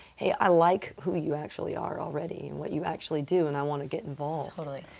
hey, i like who you actually are already and what you actually do. and i want to get involved. totally.